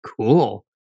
cool